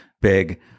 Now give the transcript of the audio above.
big